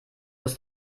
ist